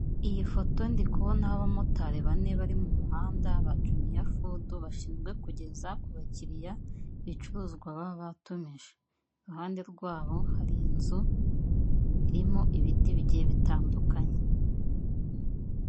Iyi foto ndikubonaho abamotari bane bari mu muhanda ba jjumiya fudu bashinzwe kugeza ku bakiriya ibicuruzwa baba batumije iruhande rwabo hari inzu irimo ibiti bigiye bitandukanye.